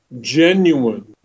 genuine